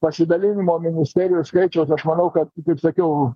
pasidalinimo ministerijų skaičiaus aš manau kad kaip sakiau